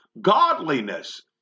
godliness